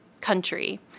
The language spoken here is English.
country